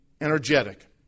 energetic